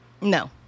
No